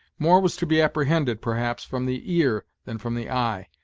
more was to be apprehended, perhaps, from the ear than from the eye,